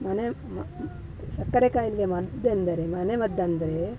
ಮನೆ ಮ ಸಕ್ಕರೆ ಕಾಯಿಲೆಯ ಮದ್ದೆಂದರೆ ಮನೆ ಮದ್ದೆಂದ್ರೆ